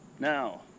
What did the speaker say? Now